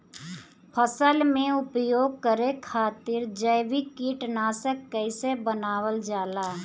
फसल में उपयोग करे खातिर जैविक कीटनाशक कइसे बनावल जाला?